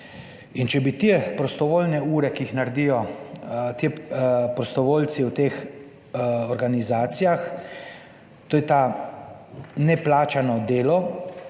če bi te prostovoljne ure, ki jih naredijo ti prostovoljci v teh organizacijah, to je ta neplačano delo,